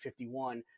51